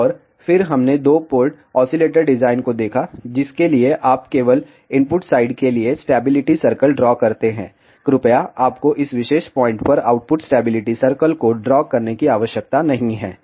और फिर हमने दो पोर्ट ऑसीलेटर डिजाइन को देखा जिसके लिए आप केवल इनपुट साइड के लिए स्टैबिलिटी सर्कल ड्रॉ करते हैं कृपया आपको इस विशेष पॉइंट पर आउटपुट स्टैबिलिटी सर्कल को ड्रॉ करने की आवश्यकता नहीं है